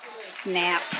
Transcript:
Snap